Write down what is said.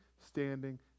standing